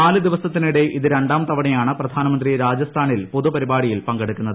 നാലു ദിവസത്തിനിടെ ഇത് രണ്ടാം തവണയാണ് പ്രധാനമന്ത്രി രാജസ്ഥാനിൽ പൊതുപരിപാടിയിൽ പങ്കെടുക്കുന്നത്